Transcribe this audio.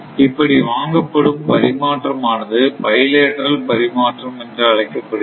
இப்படி வாங்கப்படும் பரிமாற்றம் ஆனது பைலேட்டரல் பரிமாற்றம் என்று அழைக்கப்படுகிறது